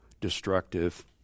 destructive